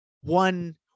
one